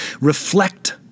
Reflect